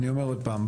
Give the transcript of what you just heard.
אני אומר עוד פעם,